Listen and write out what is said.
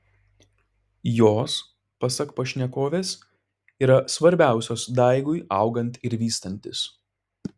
jos pasak pašnekovės yra svarbiausios daigui augant ir vystantis